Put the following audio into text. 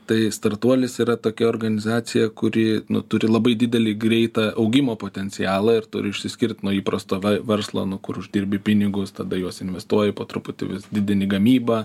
tai startuolis yra tokia organizacija kuri nu turi labai didelį greitą augimo potencialą ir turi išsiskirt nuo įprasto ve verslo nu kur uždirbi pinigus tada juos investuoji po truputį vis didini gamybą